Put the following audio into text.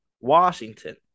Washington